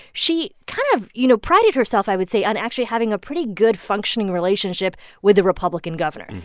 she kind of, you know, prided herself, i would say, on actually having a pretty good, functioning relationship with the republican governor.